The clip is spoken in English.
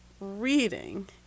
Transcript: reading